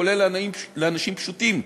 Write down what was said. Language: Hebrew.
כולל לאנשים פשוטים,